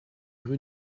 rue